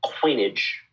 coinage